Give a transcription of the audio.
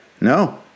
No